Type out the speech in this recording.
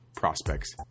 prospects